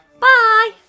Bye